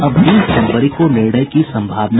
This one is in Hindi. अब बीस जनवरी को निर्णय की संभावना